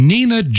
Nina